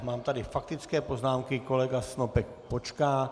Mám tady faktické poznámky, kolega Snopek počká.